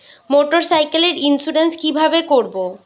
মোটরসাইকেলের ইন্সুরেন্স কিভাবে করব?